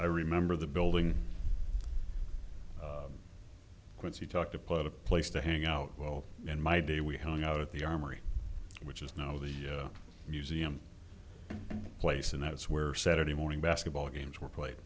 i remember the building of quincy talk to put a place to hang out well in my day we hung out at the armory which is now the museum place and that's where saturday morning basketball games were pla